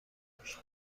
نباشد